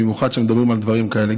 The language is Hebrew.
נוכחות, במיוחד כשמדברים על דברים כאלה.